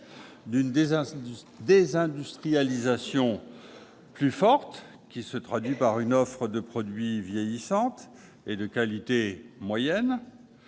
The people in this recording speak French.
d'une désindustrialisation plus forte, qui se traduit par une offre de produits vieillissante et de qualité moyenne,